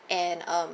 and um